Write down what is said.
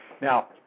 Now